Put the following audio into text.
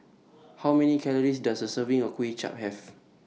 How Many Calories Does A Serving of Kway Chap Have